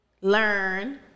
learn